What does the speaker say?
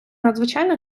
надзвичайно